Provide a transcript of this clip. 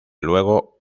luego